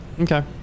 okay